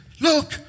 look